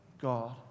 God